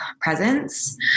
presence